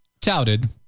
touted